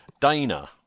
Dana